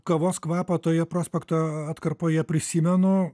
kavos kvapą toje prospekto atkarpoje prisimenu